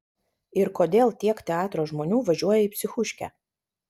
ir kodėl tiek teatro žmonių važiuoja į psichuškę